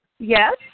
Yes